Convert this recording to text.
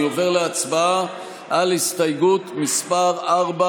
אני עובר להצבעה על הסתייגות מס' 4,